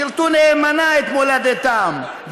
שירתו נאמנה את מולדתם,